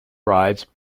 rides